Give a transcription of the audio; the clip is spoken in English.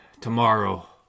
Tomorrow